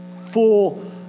full